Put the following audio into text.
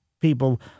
people